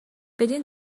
بدین